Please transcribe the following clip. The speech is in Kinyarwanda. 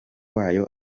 wayo